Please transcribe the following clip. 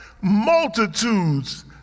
multitudes